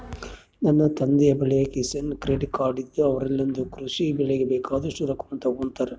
ನನ್ನ ತಂದೆಯ ಬಳಿ ಕಿಸಾನ್ ಕ್ರೆಡ್ ಕಾರ್ಡ್ ಇದ್ದು ಅದರಲಿಂದ ಕೃಷಿ ಗೆ ಬೆಳೆಗೆ ಬೇಕಾದಷ್ಟು ರೊಕ್ಕವನ್ನು ತಗೊಂತಾರ